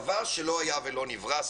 דבר שלא היה ולא נברא".